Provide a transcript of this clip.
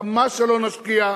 כמה שלא נשקיע,